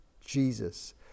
Jesus